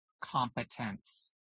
competence